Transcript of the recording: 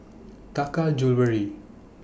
Taka Jewelry